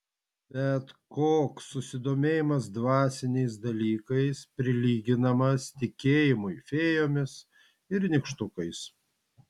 bet koks susidomėjimas dvasiniais dalykais prilyginamas tikėjimui fėjomis ir nykštukais